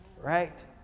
Right